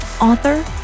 author